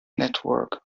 network